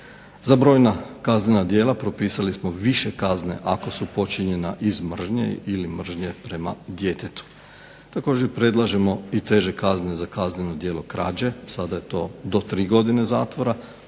Za brojna kaznena djela propisali smo više kazne ako su počinjena iz mržnje ili mržnje prema djetetu. Također predlažemo i teže kazne za kazneno djelo krađe. Sada je to do tri godine zatvora.